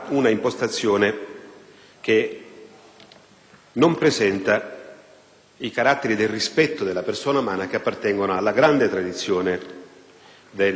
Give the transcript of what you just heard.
non presenta i caratteri del rispetto della persona umana che appartengono alla grande tradizione del cristianesimo.